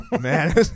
man